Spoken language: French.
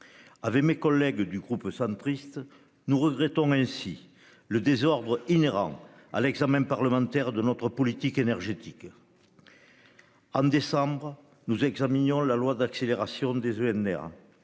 Avec mes collègues du groupe Union Centriste, je regrette ainsi le désordre inhérent à l'examen parlementaire de notre politique énergétique. En décembre dernier, nous examinions le projet de loi d'accélération des EnR.